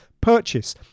purchase